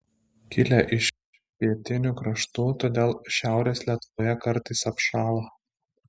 kilę iš pietinių kraštų todėl šiaurės lietuvoje kartais apšąla